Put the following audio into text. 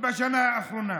בשנה האחרונה?